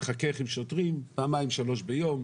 מתחכך עם שוטרים פעמיים-שלוש ביום.